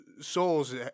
Souls